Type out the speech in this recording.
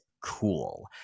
cool